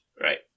right